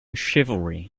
chivalry